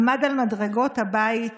עמד על מדרגות הבית,